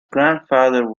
grandfather